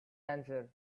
answer